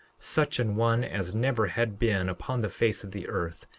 such an one as never had been upon the face of the earth,